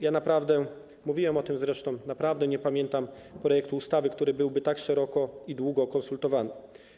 Ja naprawdę - mówiłem o tym zresztą - nie pamiętam projektu ustawy, który byłby tak szeroko i długo konsultowany.